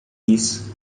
nisso